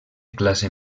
classe